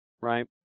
right